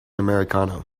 americano